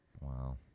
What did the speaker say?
Wow